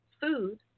food